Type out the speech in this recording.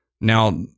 Now